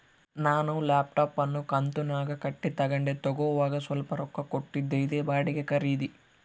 ನಾನು ಲ್ಯಾಪ್ಟಾಪ್ ಅನ್ನು ಕಂತುನ್ಯಾಗ ಕಟ್ಟಿ ತಗಂಡೆ, ತಗೋವಾಗ ಸ್ವಲ್ಪ ರೊಕ್ಕ ಕೊಟ್ಟಿದ್ದೆ, ಇದೇ ಬಾಡಿಗೆ ಖರೀದಿ